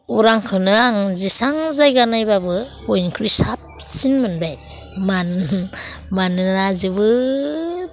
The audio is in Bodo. अरांखौनो आं जेसेबां जायगा नायबाबो बयनिख्रुय साबसिन मोनबाय मानो मानोना जोबोद